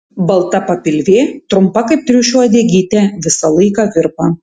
balta papilvė trumpa kaip triušio uodegytė visą laiką virpa